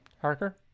Harker